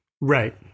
Right